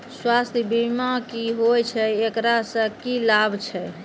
स्वास्थ्य बीमा की होय छै, एकरा से की लाभ छै?